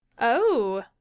Oh